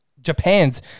Japan's